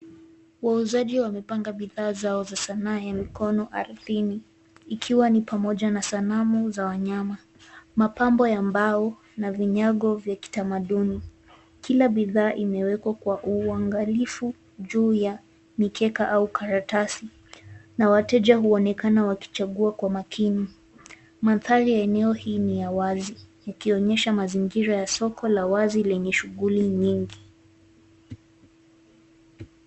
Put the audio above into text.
Wauzaji wamepanga bidhaa zao za sanaa ya mikono ardhini. Ikiwa ni pamoja na sanamu za wanyama, mapambo ya mbao, na vinyago vya kitamaduni. Kila bidhaa imewekwa kwa uangalifu, juu ya mikeka au karatasi. Na wateja huonekana wakichagua kwa makini. Mandhari ya eneo hii ni ya wazi, ikionyesha mazingira ya soko la wazi lenye shughuli nyingi.